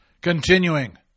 Continuing